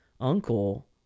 uncle